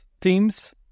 teams